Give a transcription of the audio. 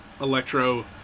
Electro